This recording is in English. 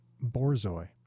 Borzoi